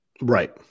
Right